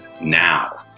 now